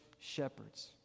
shepherds